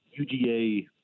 UGA